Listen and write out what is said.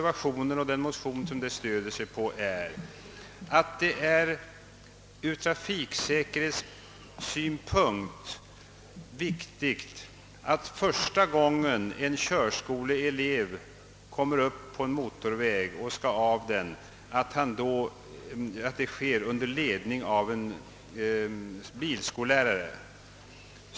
Vad vi motionärer stöder oss på är att det ur trafiksäkerhetssynpunkt är mycket viktigt att körskoleeleven när han första gången kommer upp på en motorväg — och skall köra av den — får köra under ledning av en bilskollärare.